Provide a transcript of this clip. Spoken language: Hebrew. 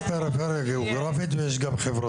יש פריפריה גיאוגרפית ויש גם חברתית.